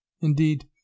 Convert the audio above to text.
indeed